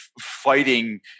fighting